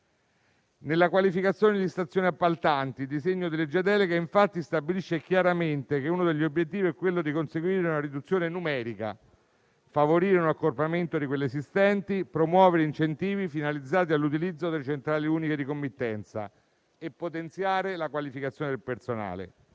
nella qualificazione delle stazioni appaltanti. Il disegno di legge delega, infatti, stabilisce chiaramente che uno degli obiettivi è quello di conseguire una riduzione numerica, favorire un accorpamento di quelle esistenti, promuovere incentivi finalizzati all'utilizzo delle centrali uniche di committenza e potenziare la qualificazione del personale.